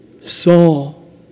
Saul